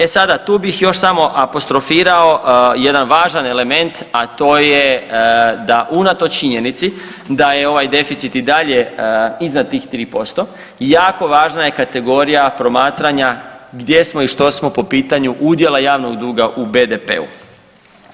E sada tu bih još samo apostrofirao jedan važan element, a to je da unatoč činjenici da je ovaj deficit i dalje iznad tih 3% jako važna je kategorija promatranja gdje smo i što smo po pitanju udjela javnog duga u BDP-u.